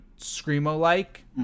Screamo-like